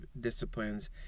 disciplines